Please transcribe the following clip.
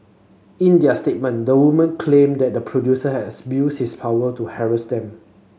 in their statement the woman claim that the producer has abused his power to harass them